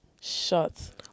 Shots